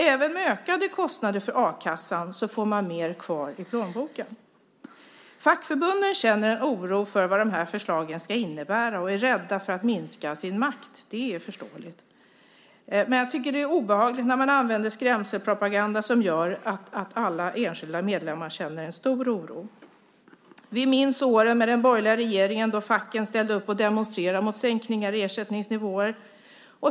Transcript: Även med ökade kostnader för a-kassan får man mer kvar i plånboken. Fackförbunden känner en oro för vad de här förslagen ska innebära och är rädda för att de ska minska deras makt. Det är förståeligt. Men jag tycker att det är obehagligt när man använder skrämselpropaganda som gör att enskilda medlemmar känner en stor oro. Vi minns åren med den borgerliga regeringen då facken ställde upp och demonstrerade mot sänkningar i ersättningsnivåer.